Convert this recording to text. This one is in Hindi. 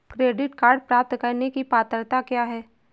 क्रेडिट कार्ड प्राप्त करने की पात्रता क्या है?